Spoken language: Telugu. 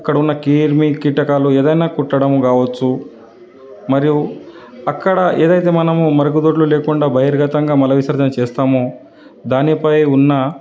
అక్కడ ఉన్న క్రిమి కీటకాలు ఏదైనా కుట్టడం కావచ్చు మరియు అక్కడ ఏదైతే మనము మరుగుదొడ్లు లేకుండా బహిర్గతంగా మలవిసర్జన చేస్తామో దానిపై ఉన్న